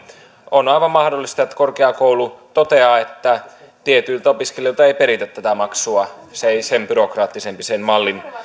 on aivan mahdollista että korkeakoulu toteaa että tietyiltä opiskelijoilta ei peritä tätä maksua sen mallin ei sen byrokraattisempi